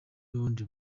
n’ubundi